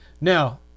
Now